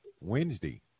Wednesday